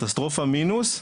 קטסטרופה מינוס,